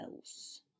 else